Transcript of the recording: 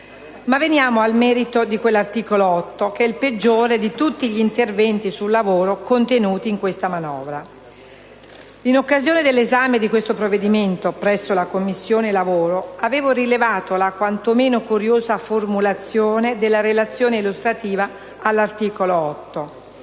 Ma veniamo ora al merito di quell'articolo 8 che è il peggiore di tutti gli interventi sul lavoro contenuti in questa manovra. In occasione dell'esame di questo provvedimento presso la Commissione lavoro, avevo rilevato la quantomeno curiosa formulazione della relazione illustrativa all'articolo 8.